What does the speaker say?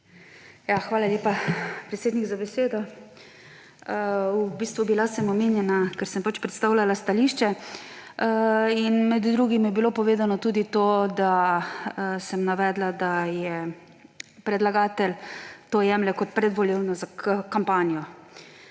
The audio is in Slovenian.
Hvala lepa, predsednik, za besedo. Bila sem omenjena, ker sem predstavljala stališče. Med drugim je bilo povedano tudi to, da sem navedla, da predlagatelj to jemlje kot predvolilno kampanjo.